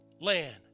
land